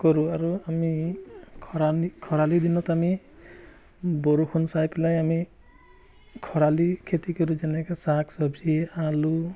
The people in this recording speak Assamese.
কৰোঁ আৰু আমি খৰালি খৰালি দিনত আমি বৰষুণ চাই পেলাই আমি খৰালি খেতি কৰোঁ যেনেকৈ শাক চবজি আলু